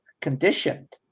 conditioned